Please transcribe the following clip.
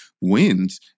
wins